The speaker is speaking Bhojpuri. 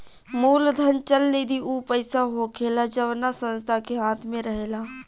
मूलधन चल निधि ऊ पईसा होखेला जवना संस्था के हाथ मे रहेला